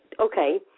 okay